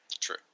True